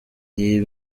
iyi